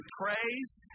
praised